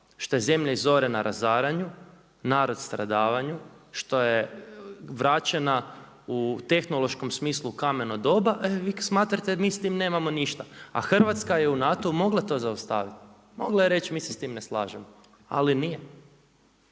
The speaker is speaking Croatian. što je zemlja izorena razaranju, narod stradavanju što je vraćena u tehnološkom smislu u kameno doba, e vi smatrate mi s tim nemamo ništa, a Hrvatska je u NATO-u mogla to zaustaviti, mogla je reći mi se s tim ne slažemo, ali nije.